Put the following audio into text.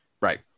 Right